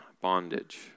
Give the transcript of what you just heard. bondage